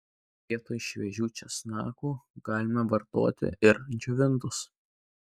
vietoj šviežių česnakų galima vartoti ir džiovintus